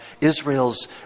Israel's